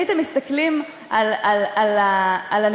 הייתם מסתכלים על הנתונים,